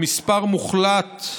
במספר מוחלט.